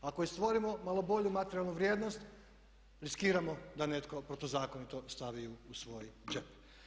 Ako i stvorimo malo bolju materijalnu vrijednost riskiramo da netko protuzakonito stavi ju u svoj džep.